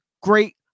great